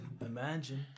Imagine